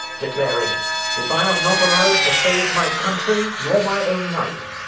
declaring if i am not allowed to save my country, nor my own life,